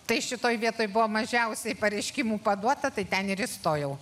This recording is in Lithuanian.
tai šitoj vietoj buvo mažiausiai pareiškimų paduota tai ten įstojau